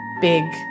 big